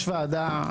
יש ועדה,